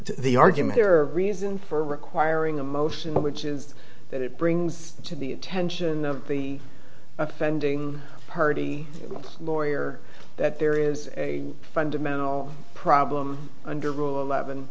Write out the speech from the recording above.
the argument or reason for requiring a motion which is that it brings to the attention of the offending party lawyer that there is a fundamental problem under rule eleven